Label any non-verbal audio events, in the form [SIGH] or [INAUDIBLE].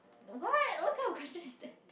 what [BREATH] what kind of question is that